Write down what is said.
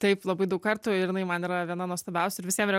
taip labai daug kartų ir jinai man yra viena nuostabiausių ir visiem re